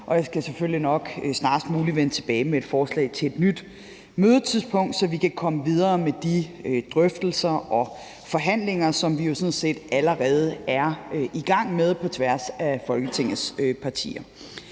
Jeg skal selvfølgelig nok snarest muligt vende tilbage med et forslag til et nyt mødetidspunkt, så vi kan komme videre med de drøftelser og forhandlinger, som vi jo sådan set allerede er i gang med på tværs af Folketingets partier.